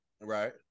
Right